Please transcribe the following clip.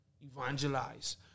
evangelize